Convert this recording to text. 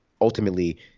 ultimately